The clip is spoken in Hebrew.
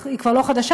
היא כבר לא חדשה,